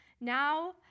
Now